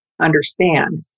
understand